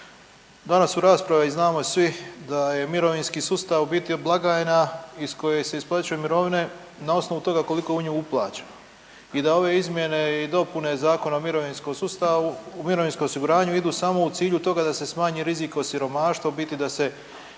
danas u raspravi znamo i svi da je mirovinski sustav u biti blagajna iz koje se isplaćuju mirovine na osnovu toga koliko je u nju uplaćeno i da ove izmjene i dopune Zakona o mirovinskom osiguranju idu samo u cilju toga da se smanji rizik od siromaštva u biti ne da se